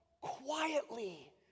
quietly